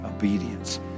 obedience